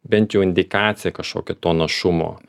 bent jau indikaciją kažkokią to našumo